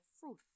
fruit